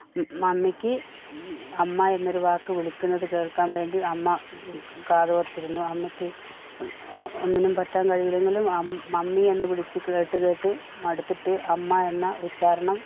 മമ്മിക്ക് അമ്മ എന്നൊരു വാക്ക് വിളിക്കുന്നത് കേള്ക്കാൻ വേണ്ടി അമ്മ കാതോർത്തിരുന്നു അമ്മക്ക് ഒന്നിനും പറ്റാൻ കഴിയുന്നില്ലെങ്കിലും മമ്മി എന്ന് വിളിച്ച് കേട്ട് കേട്ട് മടുത്തിട്ട് അമ്മ എന്ന ഉച്ചാരണം